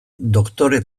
doktore